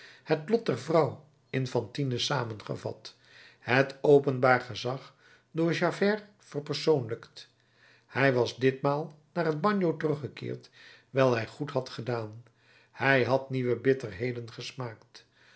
het lot der vrouw in fantine samengevat het openbaar gezag door javert verpersoonlijkt hij was ditmaal naar het bagno teruggekeerd wijl hij goed had gedaan hij had nieuwe bitterheden gesmaakt